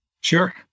Sure